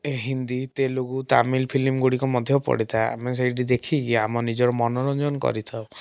Hindi Telugu Tamil film ଗୁଡ଼ିକ ମଧ୍ୟ ପଡ଼ିଥାଏ ଆମେ ସେଇଠି ଦେଖିକି ଆମ ନିଜର ମନୋରଞ୍ଜନ କରିଥାଉ